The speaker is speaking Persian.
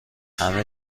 همه